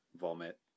Vomit